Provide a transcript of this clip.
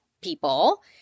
people